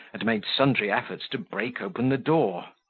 and made sundry efforts to break open the door.